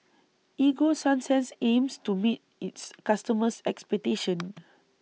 Ego Sunsense aims to meet its customers' expectations